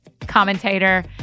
commentator